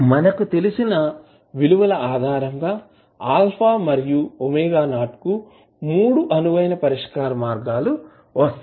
మనకు తెలిసిన విలువల ఆధారంగా α మరియు ⍵0 కు మూడు అనువైన పరిష్కారాలు వస్తాయి